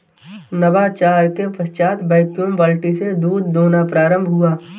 नवाचार के पश्चात वैक्यूम बाल्टी से दूध दुहना प्रारंभ हुआ